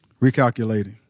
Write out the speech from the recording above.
Recalculating